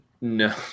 No